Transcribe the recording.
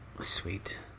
Sweet